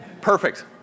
Perfect